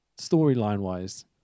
storyline-wise